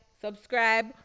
subscribe